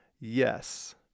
Yes